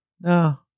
no